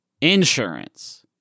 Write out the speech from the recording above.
insurance